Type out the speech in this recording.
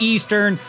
Eastern